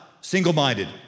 single-minded